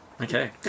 Okay